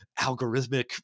algorithmic